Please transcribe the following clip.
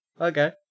Okay